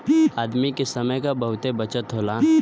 आदमी के समय क बहुते बचत होला